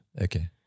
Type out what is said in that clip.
Okay